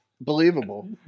believable